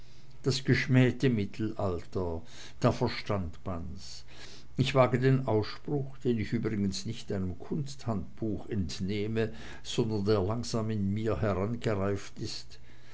das geschmähte mittelalter da verstand man's ich wage den ausspruch den ich übrigens nicht einem kunsthandbuch entnehme sondern der langsam in mir herangereift ist